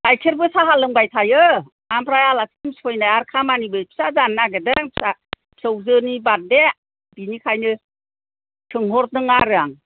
गायखेरबो साहा लोंबाय थायो ओमफ्राय आलासि दुमसि फैनाय आरो खामानिबो फिसा जानो नागिरदों फिसा फिसौजोनि बार्थदे बिनिखायनो सोंहरदों आरो आं